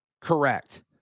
correct